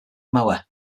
mower